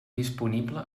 disponible